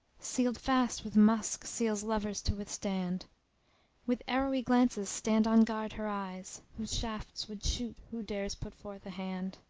sealed fast with musk seals lovers to withstand with arrowy glances stand on guard her eyes, whose shafts would shoot who dares put forth a hand.